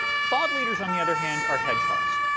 thought leaders, on the other hand, are hedgehogs.